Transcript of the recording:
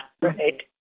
Right